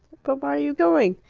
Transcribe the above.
but why are you going?